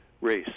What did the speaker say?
race